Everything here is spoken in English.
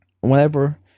Whenever